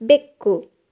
ಬೆಕ್ಕು